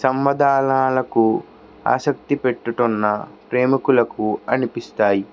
సమాధానాలకు ఆసక్తి పెట్టుతున్న ప్రేమికులకు అనిపిస్తాయి